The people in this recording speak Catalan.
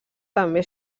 també